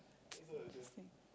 interesting